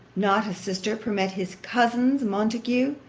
not a sister, permit his cousins montague,